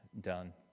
done